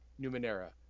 Numenera